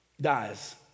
dies